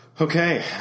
Okay